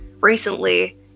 Recently